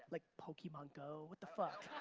like pokasmon go, what the fuck?